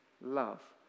love